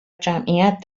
جمعیت